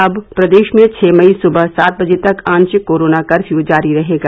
अब प्रदेश में छह मई सुबह सात बजे तक आंशिक कोरोना कर्फ्यू जारी रहेगा